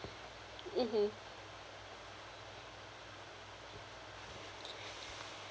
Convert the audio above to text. mmhmm